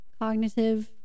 cognitive